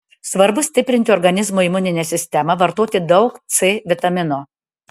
svarbu stiprinti organizmo imuninę sistemą vartoti daug c vitamino